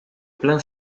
plein